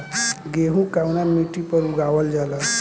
गेहूं कवना मिट्टी पर उगावल जाला?